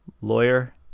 Lawyer